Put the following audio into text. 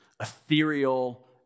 ethereal